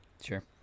Sure